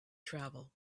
travel